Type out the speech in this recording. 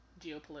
geopolitical